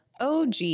OG